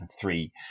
three